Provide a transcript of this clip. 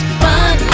fun